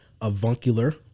avuncular